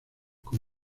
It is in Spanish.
con